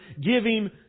giving